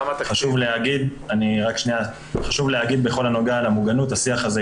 חשוב לי להגיד בנוגע למוגנות שהשיח הזה,